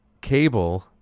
cable